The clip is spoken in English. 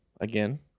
again